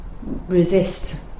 resist